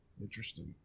Interesting